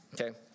okay